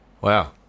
Wow